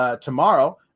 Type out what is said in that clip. tomorrow